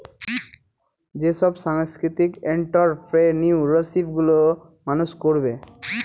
যেসব সাংস্কৃতিক এন্ট্ররপ্রেনিউরশিপ গুলো মানুষ করবে